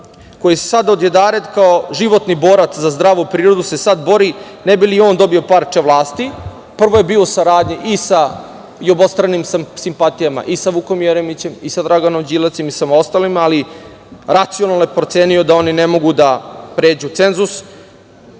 koji se sad odjedared kao životni borac za zdravu prirodu se sada bori ne bi li on dobio parče vlasti. Prvo je bio u saradnji i obostranim simpatijama i sa Vukom Jeremićem i sa Draganom Đilasom i ostalima, ali racionalno je procenio da oni ne mogu da pređu cenzus